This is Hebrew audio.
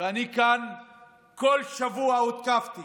וכאן כל שבוע הותקפתי